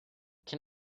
can